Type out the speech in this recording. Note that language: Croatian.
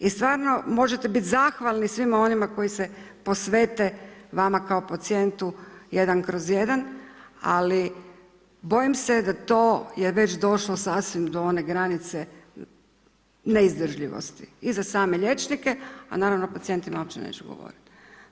I stvarno možete biti zahvalni svima onima koji se posvete vama kao pacijentu 1/1 ali bojim se da to je već došlo sasvim do one granice neizdržljivosti, i za same liječnike a naravno o pacijentima uopće neću govoriti.